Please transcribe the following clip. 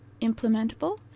implementable